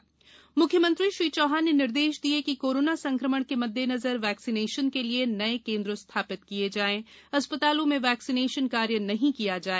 मुख्यमंत्री श्री चौहान मुख्यमंत्री श्री चौहान ने निर्देश दिए कि कोरोना संक्रमण के मद्देनजर वैक्सीनेशन के लिए नए केंद्र स्थापित किए जायें अस्पतालों में वैक्सीनेशन कार्य नहीं किया जाए